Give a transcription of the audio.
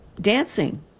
dancing